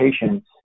patients